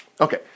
Okay